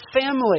family